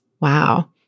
Wow